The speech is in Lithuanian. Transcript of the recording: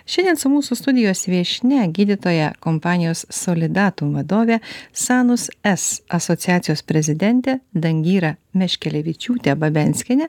šiandien su mūsų studijos viešnia gydytoja kompanijos solidatum vadove sanus es asociacijos prezidente dangyra meškelevičiūte babenskiene